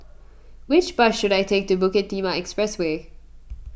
which bus should I take to Bukit Timah Expressway